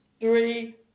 three